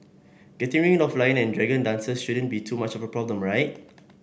getting rid of lion and dragon dances shouldn't be too much of a problem right